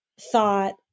thought